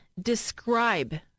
describe